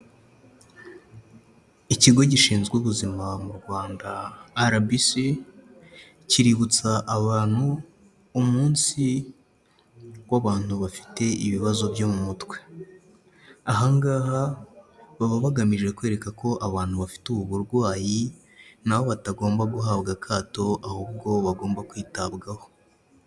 Ikigo gishinzwe ubuzima mu Rwanda RBC kiributsa abantu umunsi w'abantu bafite ibibazo byo mu mutwe, aha ngaha baba bagamije kwereka ko abantu bafite ubu burwayi na bo batagomba guhabwa akato ahubwo bagomba kwitabwaho.